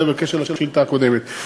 זה בקשר לשאילתה הקודמת.